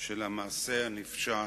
של המעשה הנפשע